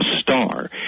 star